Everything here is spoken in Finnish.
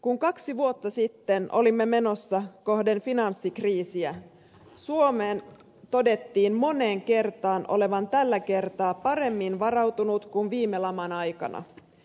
kun kaksi vuotta sitten olimme menossa kohti finanssikriisiä suomen todettiin moneen kertaan olevan tällä kertaa paremmin varautunut kuin viime laman aikana